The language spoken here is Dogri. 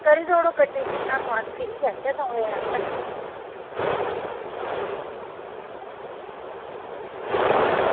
करी देई ओड़ो गड्डी फिर दौ दिन फिरी गै औचे